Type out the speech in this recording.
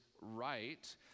right